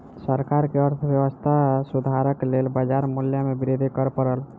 सरकार के अर्थव्यवस्था सुधारक लेल बाजार मूल्य में वृद्धि कर पड़ल